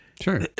Sure